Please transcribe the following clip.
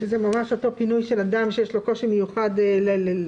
זה ממש אותו פינוי של אדם שיש לו קושי מיוחד להתפנות.